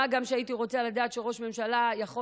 מה גם שהייתי רוצה לדעת שראש ממשלה יכול